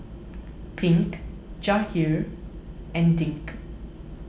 Pink Jahir and Dink